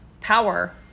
power